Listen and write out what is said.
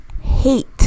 hate